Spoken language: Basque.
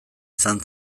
izan